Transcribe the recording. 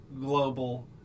global